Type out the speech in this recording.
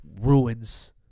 ruins